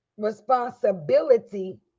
responsibility